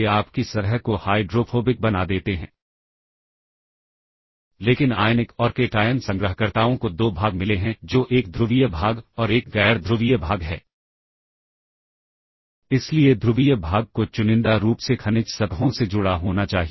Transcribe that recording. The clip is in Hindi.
चुकी कोड एक समान है इसीलिए कोड को एक बार ही रखें और इसीलिए इससे एकसब रूटीन कहा जाएगा और इस सब रूटीन को हम अलग अलग जगह से कॉल करेंगे